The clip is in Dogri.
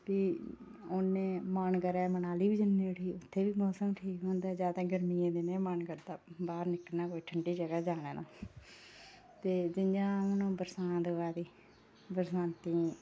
फ्ही औन्ने मन करै मनाली बी जन्ने उठी उत्थै बी मौसम ठीक होंदा ज्यादा गमियें दे दिनें मन करदा बाहर निकलने दा कोई ठंडी जगह जाने दा ते जियां हून बरसांत आवा दी बरसांती